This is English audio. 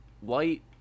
white